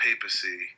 papacy